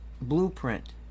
blueprint